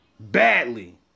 badly